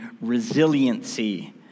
resiliency